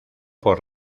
por